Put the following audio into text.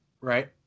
Right